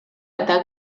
eta